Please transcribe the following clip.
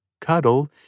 cuddle